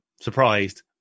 surprised